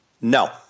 No